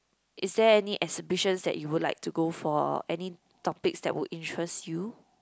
is there any exhibitions that you would like to go for any topics that would interest you